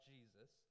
Jesus